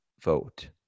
vote